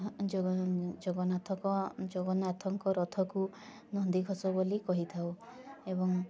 ଜଗନ୍ନାଥଙ୍କ ଜଗନ୍ନାଥଙ୍କ ରଥକୁ ନନ୍ଦିଘୋଷ ବୋଲି କହିଥାଉ ଏବଂ